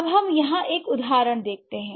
अब हम यहाँ एक उदाहरण देखते हैं